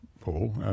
Paul